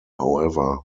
however